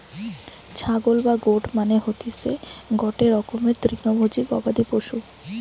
ছাগল বা গোট মানে হতিসে গটে রকমের তৃণভোজী গবাদি পশু